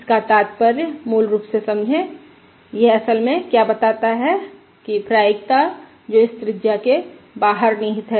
इसका तात्पर्य मूल रूप से समझे यह असल मे क्या बताता है कि प्रायिकता जो इस त्रिज्या के बाहर निहित है